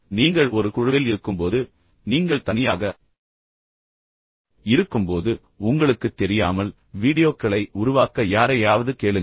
நீங்கள் ஒரு குழுவில் இருக்கும்போது நீங்கள் தனியாக இருக்கும்போது உங்களுக்குத் தெரியாமல் உங்களுக்குத் தெரியாமல் வீடியோக்களை உருவாக்க யாரையாவது கேளுங்கள்